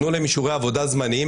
תנו להם אישורי עבודה זמניים,